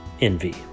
envy